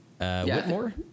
Whitmore